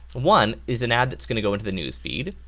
one is an ad that's going to go into the news feed,